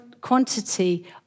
quantity